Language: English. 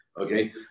Okay